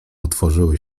otworzyły